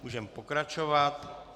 Můžeme pokračovat.